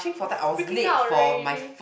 freaking out already